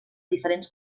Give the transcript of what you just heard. diferents